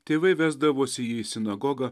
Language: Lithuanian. tėvai vesdavosi jį į sinagogą